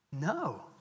No